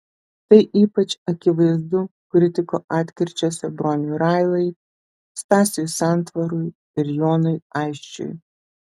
tai ypač akivaizdu kritiko atkirčiuose broniui railai stasiui santvarui ir jonui aisčiui